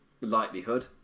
likelihood